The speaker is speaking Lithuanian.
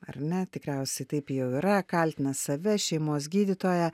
ar ne tikriausiai taip jau yra kaltina save šeimos gydytoją